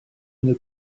une